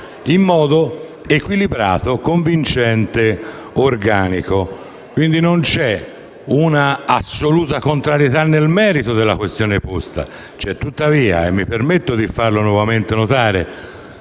in modo equilibrato, convincente e organico. Non vi è quindi un'assoluta contrarietà nel merito della questione posta. A mio avviso, tuttavia - e mi permetta di farlo nuovamente notare